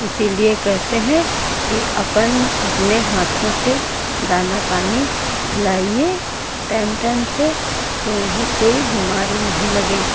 इसीलिए कहते हैं कि अपन अपने हाथों से दाना पानी खिलाइए टाएम टाएम से तो उन्हें कोई बीमारी नहीं लगे